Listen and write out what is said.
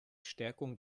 stärkung